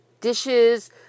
dishes